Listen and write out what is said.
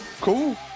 cool